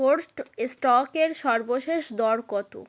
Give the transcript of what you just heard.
force স্টকের সর্বশেষ দর কতো